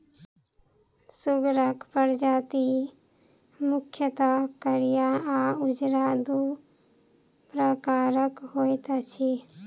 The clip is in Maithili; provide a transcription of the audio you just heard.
सुगरक प्रजाति मुख्यतः करिया आ उजरा, दू प्रकारक होइत अछि